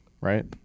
right